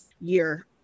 year